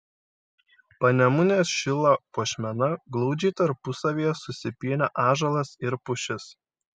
panemunės šilo puošmena glaudžiai tarpusavyje susipynę ąžuolas ir pušis